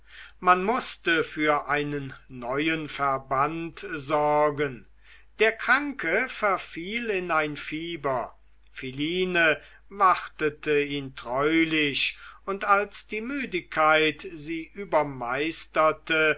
man mußte für einen neuen verband sorgen der kranke verfiel in ein fieber philine wartete ihn treulich und als die müdigkeit sie